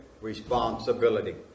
responsibility